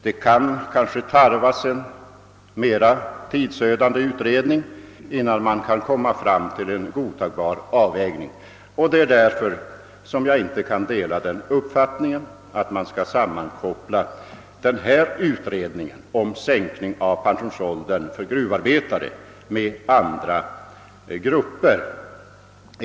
Det kan kanske tarvas en mera tidsödande utredning innan man kan komma fram till en godtagbar avvägning, och det är därför jag inte kan dela uppfattningen att man skall sammankoppla den här utredningen om sänkning av pensionsåldern för gruvarbetare med andra grupper.